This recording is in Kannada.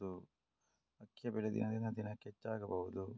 ಅಕ್ಕಿಯ ಬೆಲೆ ದಿನದಿಂದ ದಿನಕೆ ಹೆಚ್ಚು ಆಗಬಹುದು?